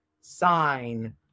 sign